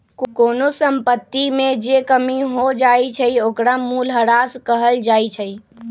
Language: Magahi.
कोनो संपत्ति में जे कमी हो जाई छई ओकरा मूलहरास कहल जाई छई